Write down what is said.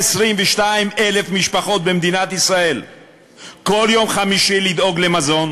ל-122,000 משפחות במדינת ישראל כל יום חמישי לדאוג למזון.